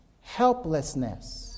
helplessness